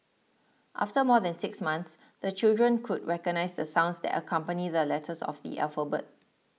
after more than six months the children could recognise the sounds that accompany the letters of the alphabet